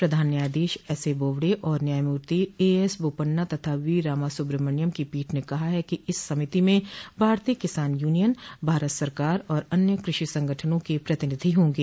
प्रधान न्यायाधीश एसएबोबडे और न्यायमूर्ति एएस बोपन्ना तथा वीरामासुब्रामणयन की पीठ ने कहा है कि इस समिति में भारतीय किसान यूनियन भारत सरकार और अन्य कृषि संगठनों के प्रतिनिधि होंगे